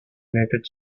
united